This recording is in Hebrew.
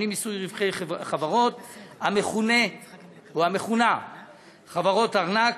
השני, שינוי מרווחי חברות המכונות חברות ארנק.